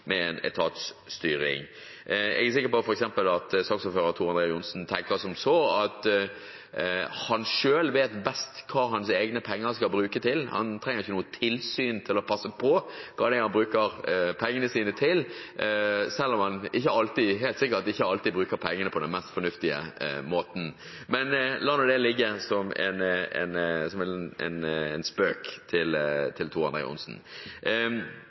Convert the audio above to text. med en etatsstyring. Jeg er f.eks. sikker på at saksordfører Tor André Johnsen tenker som så at han selv vet best hva hans egne penger skal brukes til, han trenger ikke noe tilsyn til å passe på hva han bruker pengene sine til, selv om han helt sikkert ikke alltid bruker pengene på den mest fornuftige måten. Men la nå det ligge som en spøk til Tor André Johnsen. Jeg ser ingen grunn til